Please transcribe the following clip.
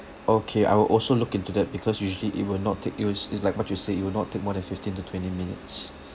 okay I will also look into that because usually it will not take it will it's like what you say it will not take more than fifteen to twenty minutes